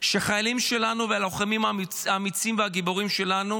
שהחיילים שלנו והלוחמים האמיצים והגיבורים שלנו